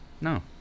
No